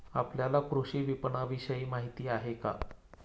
आपल्याला कृषी विपणनविषयी माहिती आहे का?